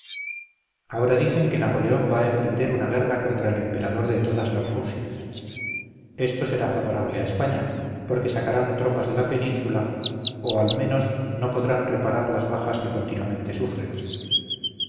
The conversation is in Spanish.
ahora dicen que napoleón va a emprender una guerra contra el emperador de todas las rusias esto será favorable a españa porque sacarán tropas de la península o al menos no podrán reparar las bajas que continuamente sufren